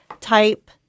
type